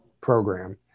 program